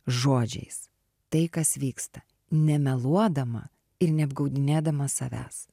žodžiais tai kas vyksta nemeluodama ir neapgaudinėdama savęs